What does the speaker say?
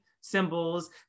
symbols